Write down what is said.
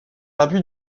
abus